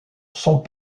sont